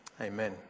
Amen